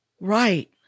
Right